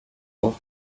war